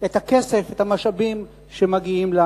את הכסף, את המשאבים שמגיעים לה.